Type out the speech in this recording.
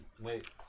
Wait